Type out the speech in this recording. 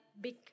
big